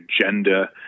agenda